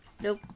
Nope